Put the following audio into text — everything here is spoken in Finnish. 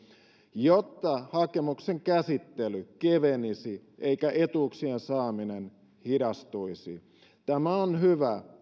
jotta hakemuksen käsittely kevenisi eikä etuuksien saaminen hidastuisi tämä on hyvä